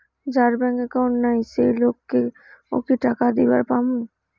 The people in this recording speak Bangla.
যার ব্যাংক একাউন্ট নাই সেই লোক কে ও কি টাকা দিবার পামু?